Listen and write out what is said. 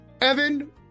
Evan